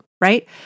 right